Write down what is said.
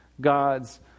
God's